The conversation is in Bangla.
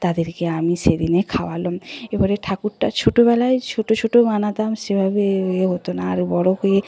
তাদেরকে আমি সেদিনে খাওয়ালুম এবারে ঠাকুরটা ছোটবেলায় ছোট ছোট বানাতাম সেভাবে এ এ হতো না আর বড় হয়ে